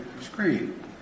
screen